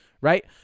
right